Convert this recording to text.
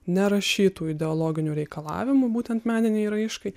nerašytų ideologinių reikalavimų būtent meninei raiškai